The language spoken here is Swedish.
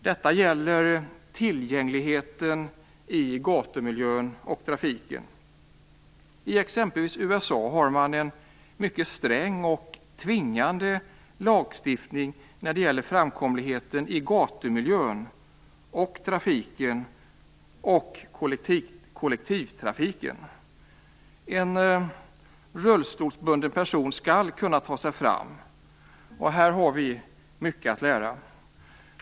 Det gäller tillgängligheten i gatumiljön och trafiken. I exempelvis USA har man en mycket sträng och tvingande lagstiftning när det gäller framkomligheten i gatumiljön, trafiken och kollektivtrafiken. En rullstolsbunden person skall kunna ta sig fram, och här har vi mycket att lära.